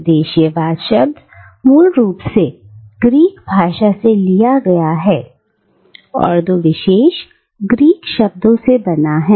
सर्वदेशीयवाद शब्द मूल रूप से ग्रीक भाषा से लिया गया है और दो विशेष ग्रीक शब्दों से बना है